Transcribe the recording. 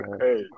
Hey